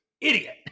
idiot